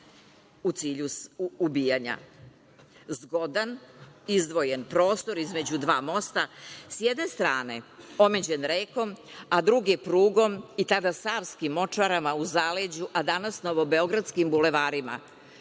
u cilju ubijanja. Zgodan, izdvojen prostor, između dva mosta, s jedne strane omeđen rekom, a druge prugom, i tada savskim močvarama u zaleđu, a danas novobeogradskim bulevarima. Prvo